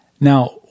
Now